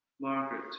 Margaret